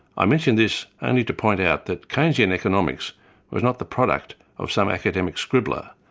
i mention this only to point out that keynesian economics was not the product of some academic scribbler,